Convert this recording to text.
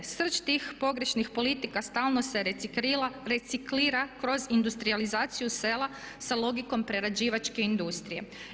Srž tih pogrešnih politika stalno se reciklira kroz industrijalizaciju sela sa logikom prerađivačke industrije.